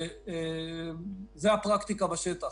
זו הפרקטיקה בשטח.